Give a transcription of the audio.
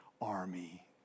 army